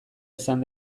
izan